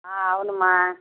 అవును అమ్మ